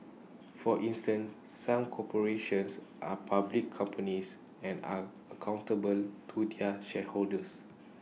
for instance some corporations are public companies and are accountable to their shareholders